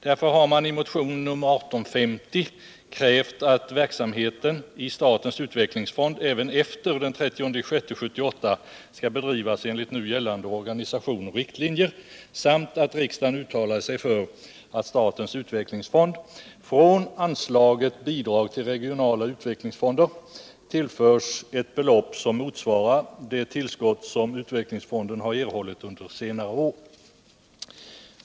Därför har man i motionen 1850 krävt att verksamheten i utvecklingsfonden även efter den 30 juni 1978 skall bedrivas enligt nu gällande organisation och riktlinjer samt att riksdagen uttalar sig för att utvecklingsfonden från anslaget Bidrag till regionala utvecklingsfonder tillförs ett belopp som motsvarar det tillskott som utvecklingsfonden har erhållit under senare år.